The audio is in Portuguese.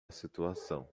situação